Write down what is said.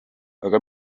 aga